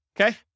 Okay